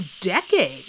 decade